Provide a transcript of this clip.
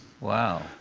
Wow